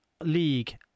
league